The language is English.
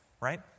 Right